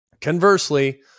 Conversely